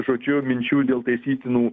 žodžiu minčių dėl taisytinų